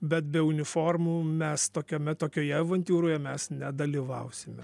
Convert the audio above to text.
bet be uniformų mes tokiame tokioje avantiūroje mes nedalyvausime